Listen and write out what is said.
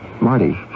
Marty